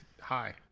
Hi